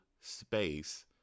space